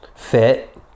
fit